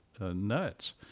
nuts